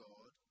God